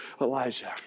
Elijah